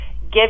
give